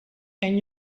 can